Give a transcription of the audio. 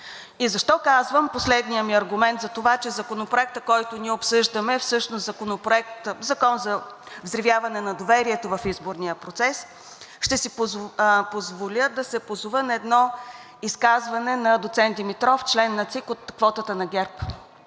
в машинния вот. Последният ми аргумент за това, че Законопроектът, който ние обсъждаме, е всъщност „Закон за взривяване на доверието в изборния процес“, ще си позволя да се позова на едно изказване на доцент Димитров – член на ЦИК от квотата на ГЕРБ,